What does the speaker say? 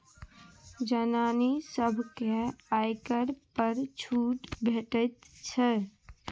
जनानी सभकेँ आयकर पर छूट भेटैत छै